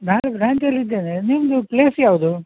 ನಾನು ಬ್ರಾಂಚಲಿದ್ದೇನೆ ನಿಮ್ಮದು ಪ್ಲೇಸ್ ಯಾವುದು